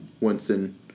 Winston